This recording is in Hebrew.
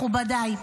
מכובדיי,